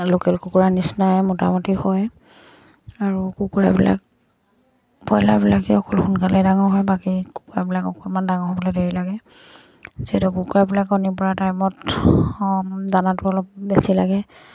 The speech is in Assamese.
লোকেল কুকুৰা নিচিনাই মোটামুটি হয় আৰু কুকুৰাবিলাক বইলাৰবিলাকে অকল সোনকালে ডাঙৰ হয় বাকী কুকুৰাবিলাক অকমান ডাঙৰ হ'বলে দেৰি লাগে যিহেতু কুকুৰাবিলাক কণী পৰা টাইমত দানাটো অলপ বেছি লাগে